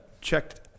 checked